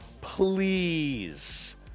please